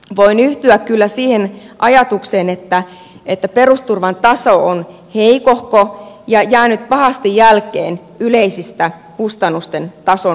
voin yhtyä kyllä siihen ajatukseen että perusturvan taso on heikohko ja jäänyt pahasti jälkeen yleisestä kustannusten tason noususta